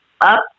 up